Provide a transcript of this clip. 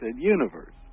universe